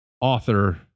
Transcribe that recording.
author